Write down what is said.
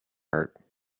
heart